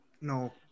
No